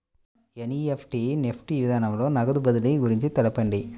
NEFT NEFT విధానంలో నగదు బదిలీ గురించి తెలుపండి?